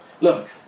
Look